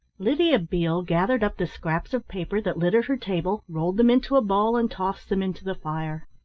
lydia beale gathered up the scraps of paper that littered her table, rolled them into a ball and tossed them into the fire.